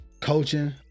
coaching